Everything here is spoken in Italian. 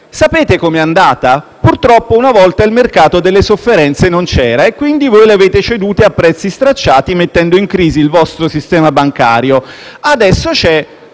"Sapete com'è andata? Purtroppo una volta il mercato delle sofferenze non c'era e quindi voi le avete cedute a prezzi stracciati mettendo in crisi il vostro sistema bancario. Adesso c'è,